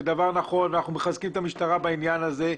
דבר נכון ואנחנו מחזקים את המשטרה בעניין הזה.